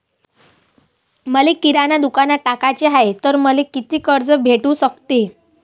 मले किराणा दुकानात टाकाचे हाय तर मले कितीक कर्ज भेटू सकते?